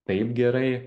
taip gerai